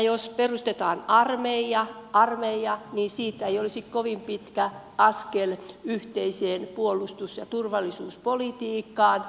jos perustetaan armeija siitä ei olisi kovin pitkä askel yhteiseen puolustus ja turvallisuuspolitiikkaan